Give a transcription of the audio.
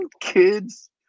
kids